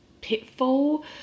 pitfall